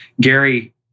Gary